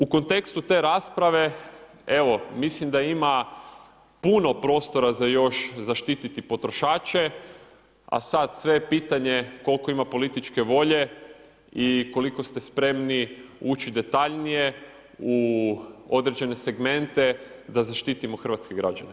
U kontekstu te rasprave mislim da ima puno prostora za još zaštiti potrošače, a sad sve je pitanje koliko ima političke volje i koliko ste spremni uči detaljnije u određene segmente da zaštitimo hrvatske građane.